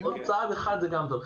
צעד אחד זה טוב.